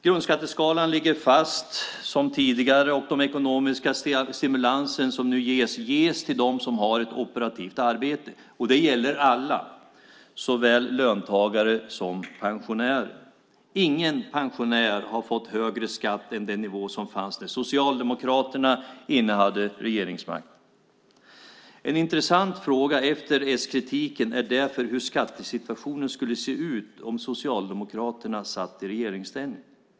Grundskatteskalan ligger fast, som tidigare, och de ekonomiska stimulanser som nu ges går till dem som har ett operativt arbete. Det gäller alla, såväl löntagare som pensionärer. Ingen pensionär har fått högre skatt än den nivå som rådde när Socialdemokraterna innehade regeringsmakten. En intressant fråga efter s-kritiken är därför hur skattesituationen skulle se ut om Socialdemokraterna satt i regeringsställning.